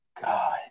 God